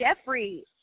Jeffrey